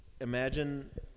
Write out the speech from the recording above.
imagine